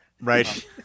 right